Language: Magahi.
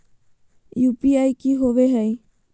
यू.पी.आई की होवे हय?